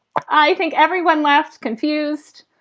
i think everyone left confused.